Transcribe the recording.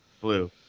Blue